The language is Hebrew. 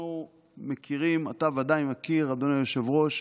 אנחנו מכירים, אתה בוודאי מכיר, אדוני היושב-ראש,